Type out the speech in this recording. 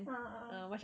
ah a'ah